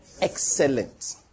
Excellent